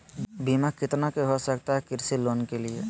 बीमा कितना के हो सकता है कृषि लोन के लिए?